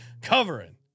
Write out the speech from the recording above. covering